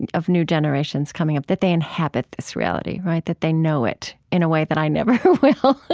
and of new generations coming up, that they inhabit this reality, right? that they know it in a way that i never will.